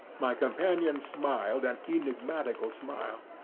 my companion smiled an enigmatical smile.